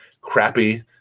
crappy